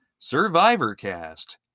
SurvivorCast